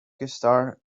gustar